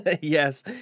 Yes